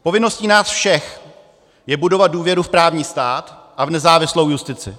Povinností nás všech je budovat důvěru v právní stát a nezávislou justici.